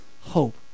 hope